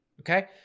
Okay